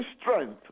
strength